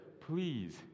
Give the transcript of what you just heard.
please